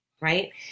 right